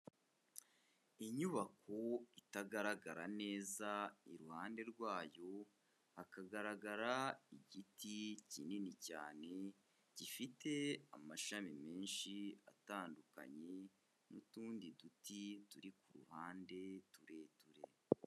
Inyubako itagaragara neza, iruhande rwayo hakagaragara igiti kinini cyane gifite amashami menshi atandukanye, n'utundi duti turi ku ruhande tureture.